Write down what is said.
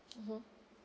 mmhmm